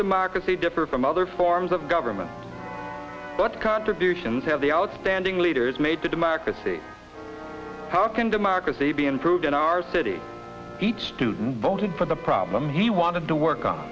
see differ from other forms of government but contributions have the outstanding leaders made to democracy how can democracy be improved in our city each student voted for the problem he wanted to work on